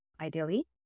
ideally